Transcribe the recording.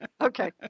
Okay